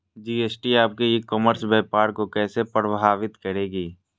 GST आपके e commerce व्यापार को कैसे प्रभावित करेगी?